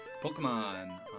Pokemon